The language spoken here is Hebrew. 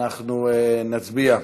אנחנו נצביע.